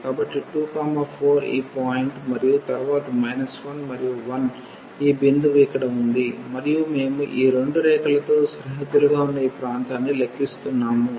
కాబట్టి 24 ఈ పాయింట్ మరియు తరువాత 1 మరియు 1 ఈ బిందువు ఇక్కడ ఉంది మరియు మేము ఈ రెండు రేఖలతో సరిహద్దులుగా ఉన్న ఈ ప్రాంతాన్ని లెక్కిస్తున్నాము